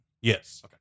Yes